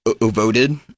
voted